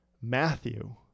Matthew